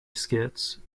skits